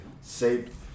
safe